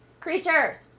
Creature